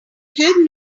have